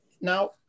Now